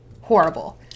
Horrible